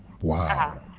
Wow